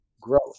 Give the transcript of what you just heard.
growth